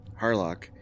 Harlock